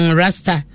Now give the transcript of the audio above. rasta